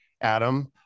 adam